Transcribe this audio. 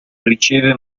riceve